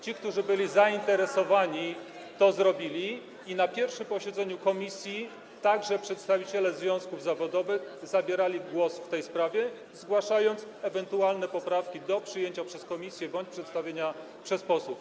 Ci, którzy byli zainteresowani, zrobili to i na pierwszym posiedzeniu komisji także przedstawiciele związków zawodowych zabierali głos w tej sprawie, zgłaszając poprawki ewentualnie do przyjęcia przez komisję bądź przedstawienia przez posłów.